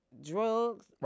drugs